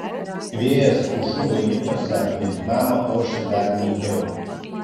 vėjas pušų vainikuose aplink namą ošė dar nykiau